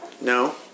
No